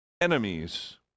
enemies